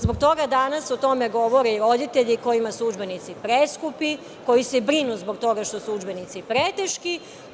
Zbog toga danas o tome govore i roditelji kojima su udžbenici preskupi, koji se brinu zbog toga što su udžbenici preteški.